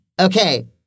Okay